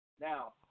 Now